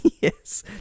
Yes